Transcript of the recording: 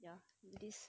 ya this